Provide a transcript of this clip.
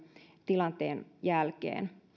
tilanteen jälkeen